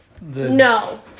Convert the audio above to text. No